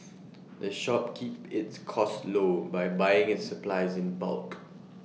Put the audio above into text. the shop keeps its costs low by buying its supplies in bulk